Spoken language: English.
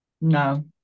no